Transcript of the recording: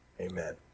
amen